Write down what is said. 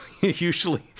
usually